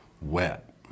wet